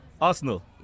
Arsenal